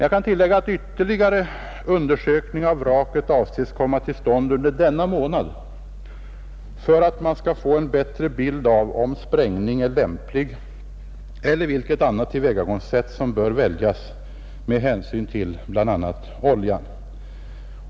Jag kan tillägga att ytterligare undersökning av vraket avses komma till stånd under denna månad för att man skall få en bättre bild av om sprängning är lämplig eller vilket annat tillvägagångssätt som bör väljas med hänsyn till bl.a. oljan.